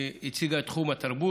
היא הציגה את תחום התרבות,